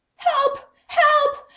help, help!